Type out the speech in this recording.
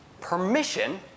permission